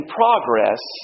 progress